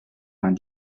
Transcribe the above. vingt